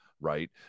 right